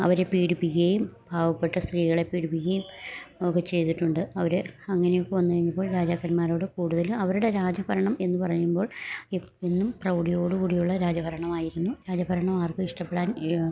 അവരെ പീഡിപ്പിക്കുകയും പാവപ്പെട്ട സ്ത്രീകളെ പീഡിപ്പിക്കുകയും ഒക്കെ ചെയ്തിട്ടുണ്ട് അവര് അങ്ങനെയൊക്കെ വന്ന് കഴിഞ്ഞപ്പോഴ് രാജാക്കന്മാരോട് കൂട്തല് അവരുടെ രാജ ഭരണം എന്ന് പറയുമ്പോൾ ഇപ്പം എന്നും പ്രൗഡിയോട് കൂടിയുള്ള രാജ ഭരണമായിരുന്നു രാജ ഭരണം ആർക്കും ഇഷ്ടപ്പെടാൻ ഇഴ്